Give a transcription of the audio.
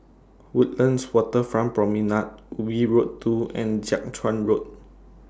Woodlands Waterfront Promenade Ubi Road two and Jiak Chuan Road